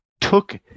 took